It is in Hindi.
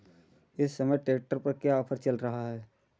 इस समय ट्रैक्टर पर क्या ऑफर चल रहा है?